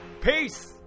Peace